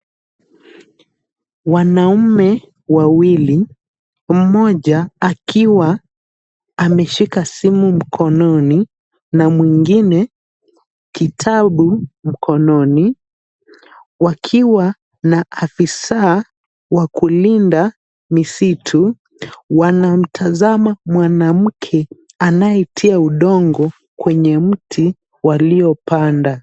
Wanaume wawili mmoja akiwa ameshika simu mkononi na mwengine kitabu mkononi, wakiwa na afisaa wa kulinda misitu. Wanamtazama mwanamke anayetia udongo kwenye mti waliopanda.